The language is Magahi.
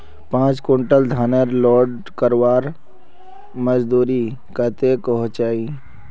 पाँच कुंटल धानेर लोड करवार मजदूरी कतेक होचए?